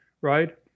right